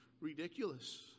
ridiculous